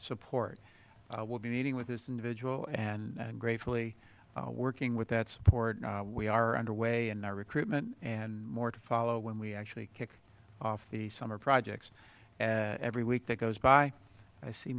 support i will be meeting with this individual and gratefully working with that support we are underway in our recruitment and more to follow when we actually kick off the summer projects and every week that goes by i see